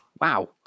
Wow